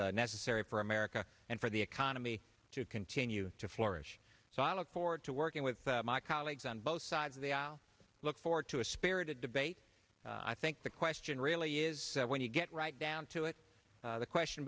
is necessary for america and for the economy to continue to flourish so i look forward to working with my colleagues on both sides of the aisle look forward to a spirited debate i think the question really is when you get right down to it the question